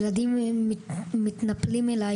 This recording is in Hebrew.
ילדים ממש מתנפלים עליי,